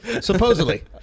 Supposedly